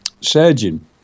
surgeon